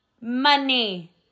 money